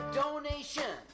donation